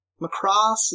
Macross